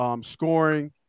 Scoring